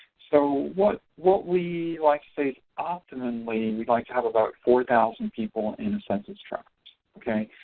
so what what we like to say is optimumly we'd like to have about four thousand people in a census tract okay,